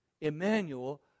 Emmanuel